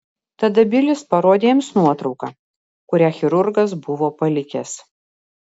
tada bilis parodė jiems nuotrauką kurią chirurgas buvo palikęs